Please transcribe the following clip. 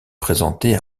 présentée